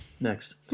next